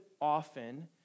often